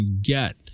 get